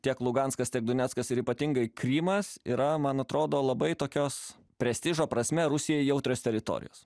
tiek luganskas tiek doneckas ir ypatingai krymas yra man atrodo labai tokios prestižo prasme rusijai jautrios teritorijos